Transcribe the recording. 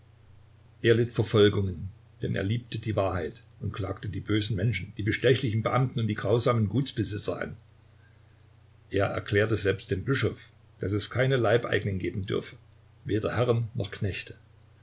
er litt verfolgungen denn er liebte die wahrheit und klagte die bösen menschen die bestechlichen beamten und die grausamen gutsbesitzer an er erklärte selbst dem bischof daß es keine leibeigenen geben dürfe weder herren noch knechte